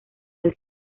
del